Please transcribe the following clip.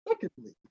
Secondly